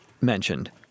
mentioned